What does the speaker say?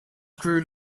grew